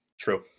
True